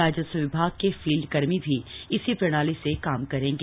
राजस्व विभाग के फील्ड कर्मी भी इसी प्रणाली से काम करेंगे